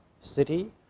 city